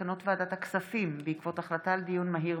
מסקנות ועדת הכספים בעקבות דיון מהיר